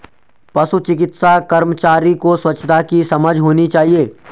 पशु चिकित्सा कर्मचारी को स्वच्छता की समझ होनी चाहिए